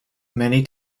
many